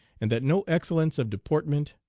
and that no excellence of deportment,